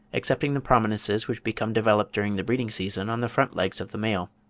excepting the prominences which become developed during the breeding-season on the front legs of the male,